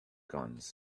guns